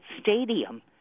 stadium